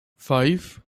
five